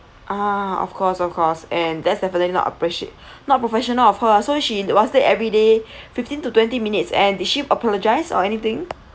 ah of course of course and that's definitely not appreciate not professional of her lah so she was late every day fifteen to twenty minutes and did she apologise or anything